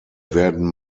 werden